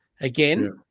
Again